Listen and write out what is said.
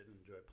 enjoy